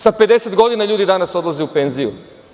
Sa 50 godina ljudi danas odlaze u penziju.